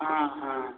हाँ हाँ